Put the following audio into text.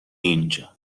اینجا